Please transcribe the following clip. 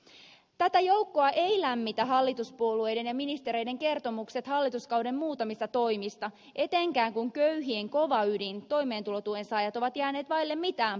tätä joukkoa eivät lämmitä hallituspuolueiden ja ministereiden kertomukset hallituskauden muutamista toimista etenkään kun köyhien kova ydin toimeentulotuen saajat on jäänyt vaille mitään parannusta